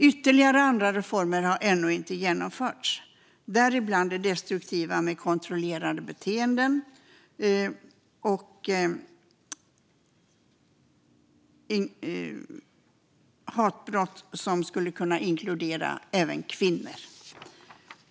Ytterligare reformer har ännu inte genomförts, däribland sådana som gäller destruktiva, kontrollerande beteenden och hatbrott som inkluderar även kvinnor.